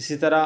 اسی طرح